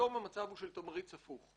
היום המצב הוא של תמריץ הפוך: